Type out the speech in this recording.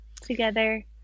together